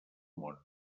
món